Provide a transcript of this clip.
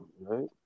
right